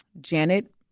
Janet